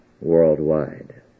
worldwide